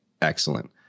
excellent